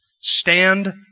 stand